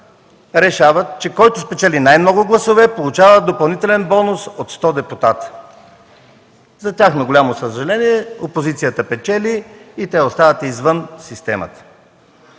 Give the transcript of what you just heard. решават, че който спечели най-много гласове, получава допълнителен бонус от 100 депутати. За тяхно голямо съжаление, опозицията печели и те остават извън системата.